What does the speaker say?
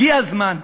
הגיע הזמן.